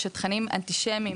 שתכנים אנטישמים,